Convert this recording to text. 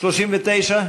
39?